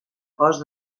cost